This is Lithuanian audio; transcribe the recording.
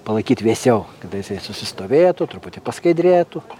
palaikyt vėsiau kada jis susistovėtų truputį paskaidrėtų